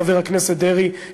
חבר הכנסת דרעי,